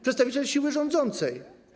przedstawiciel siły rządzącej.